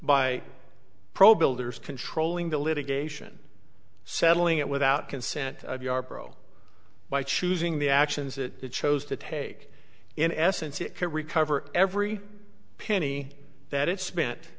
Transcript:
by pro builders controlling the litigation settling it without consent yarbrough by choosing the actions it chose to take in essence it can recover every penny that it spent